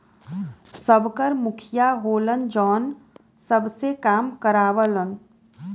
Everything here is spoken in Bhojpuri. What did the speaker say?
सबकर मुखिया होलन जौन सबसे काम करावलन